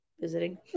visiting